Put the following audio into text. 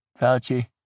Fauci